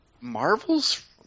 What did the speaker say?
Marvel's